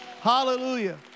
Hallelujah